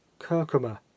curcuma